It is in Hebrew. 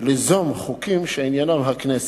ליזום חוקים שעניינם הכנסת.